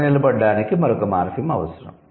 అది నిలబడటానికి మరొక మార్ఫిమ్ అవసరం